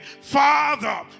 Father